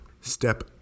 Step